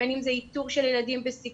בין אם זה איתור של ילדים בסיכון,